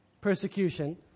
persecution